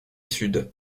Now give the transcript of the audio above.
sud